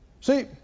See